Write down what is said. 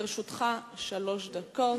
לרשותך שלוש דקות.